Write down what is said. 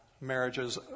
marriages